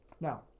now